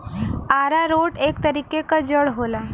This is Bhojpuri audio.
आरारोट एक तरीके क जड़ होला